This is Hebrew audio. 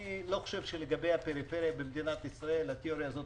אני לא חושב שלגבי הפריפריה במדינת ישאל התיאוריה הזאת